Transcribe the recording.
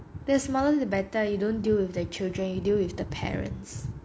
the smaller the better you don't deal with their children you deal with the parents